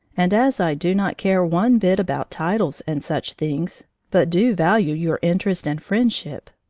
and as i do not care one bit about titles and such things, but do value your interest and friendship,